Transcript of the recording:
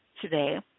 today